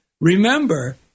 Remember